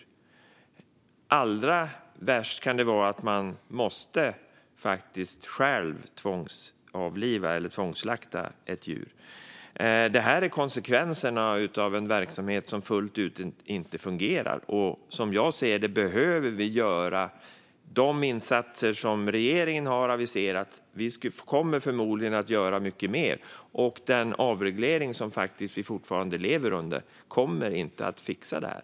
I allra värsta fall kan det handla om att man själv måste tvångsavliva eller tvångsslakta ett djur. Det här är konsekvenserna av en verksamhet som inte fungerar fullt ut. Som jag ser det behöver vi göra de insatser som regeringen har aviserat, och vi kommer förmodligen att göra mycket mer. Den avreglering som vi fortfarande lever under kommer inte att fixa det här.